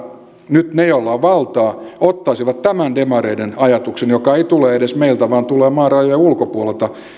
nyt ne joilla on valtaa ottaisivat tämän demareiden ajatuksen joka ei tule edes meiltä vaan tulee maan rajojen ulkopuolelta